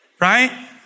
right